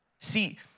See